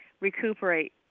recuperate